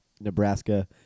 Nebraska